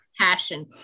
passion